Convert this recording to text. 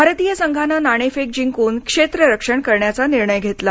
भारतीय संघाने नाणेफेक जिंकून क्षेत्ररक्षण करण्याचा निर्णय घेतला